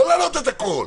לא להעלות את הכול,